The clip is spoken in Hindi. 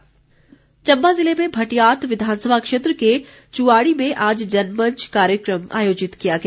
जनमंच चम्बा ज़िले में भटियात विधानसभा क्षेत्र के च्वाड़ी में आज जनमंच कार्यक्रम आयोजित किया गया